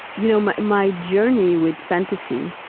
you know, my my journey with fantasy,